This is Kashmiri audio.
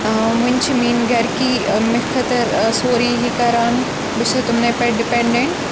وٕنۍ چھِ میٛٲنۍ گَرِکی مےٚ خٲطٕر سورُے یہِ کَران بہٕ چھَس تُمنٕے پٮ۪ٹھ ڈِپٮ۪نٛڈَنٛٹ